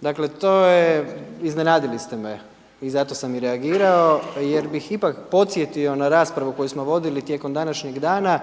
Dakle to je, iznenadili ste me i zato sam i reagirao, jer bih ipak podsjetio na raspravu koju smo vodili tijekom današnjeg dana